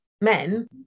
men